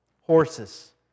Horses